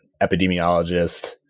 epidemiologist